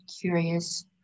curious